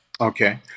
Okay